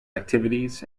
activities